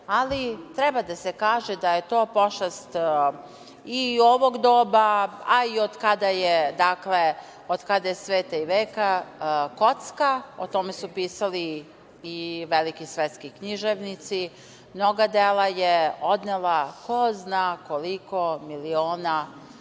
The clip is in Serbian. ali treba da se kaže da je to pošast i ovog doba, a i od kada je sveta i veka, kocka je, o tome su pisali i veliki svetski književnici mnoga dela, odnela ko zna koliko miliona ljudi